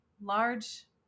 large